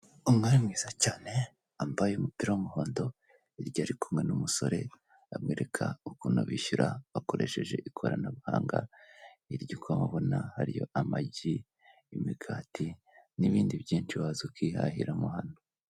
Umwari mwiza cyane wambaye umupira w'umuhondo ari kumwe n'umusore amwereka ukuntu bishyura bakoresheje ikoranabuhanga hirya ukabona ari amagi, imigati n'ibindi byinshi waza ukihahira mo hano.